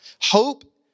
Hope